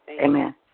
Amen